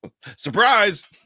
Surprise